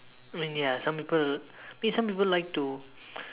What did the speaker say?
I mean ya some people mean some people like to